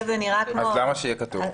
אז למה שיהיה כתוב?